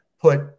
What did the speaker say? put